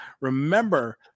Remember